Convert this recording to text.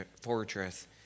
fortress